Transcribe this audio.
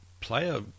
player